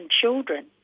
children